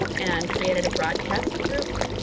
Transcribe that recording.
and created a broadcast group